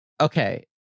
Okay